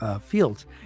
fields